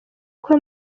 kuba